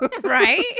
Right